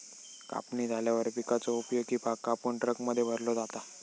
कापणी झाल्यावर पिकाचो उपयोगी भाग कापून ट्रकमध्ये भरलो जाता